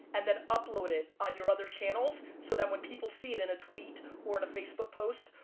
and then upload it on your other channels so that when people see it in a tweet or in a facebook post,